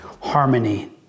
harmony